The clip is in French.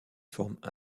forment